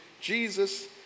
Jesus